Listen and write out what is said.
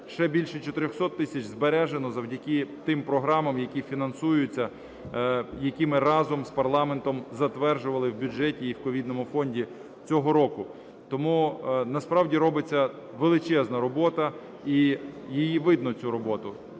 Ще більше 400 тисяч збережено завдяки тим програмам, які фінансуються, які ми разом з парламентом затверджували в бюджеті і в ковідному фонді цього року. Тому насправді робиться величезна робота, і її видно, цю роботу.